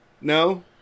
No